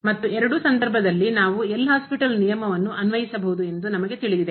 ಮತ್ತು ಎರಡೂ ಸಂದರ್ಭಗಳಲ್ಲಿ ನಾವು L ಹಾಸ್ಪಿಟಲ್ ನಿಯಮವನ್ನು ಅನ್ವಯಿಸಬಹುದು ಎಂದು ನಮಗೆ ತಿಳಿದಿದೆ